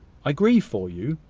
i grieve for you,